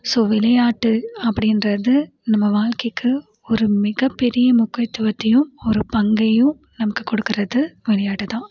so விளையாட்டு அப்படின்றது நம்ம வாழ்க்கைக்கு ஒரு மிகப்பெரிய முக்கியத்துவத்தையும் ஒரு பங்கையும் நமக்கு கொடுக்கிறது விளையாட்டு தான்